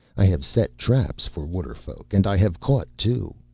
i have set traps for waterfolk, and i have caught two.